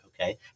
Okay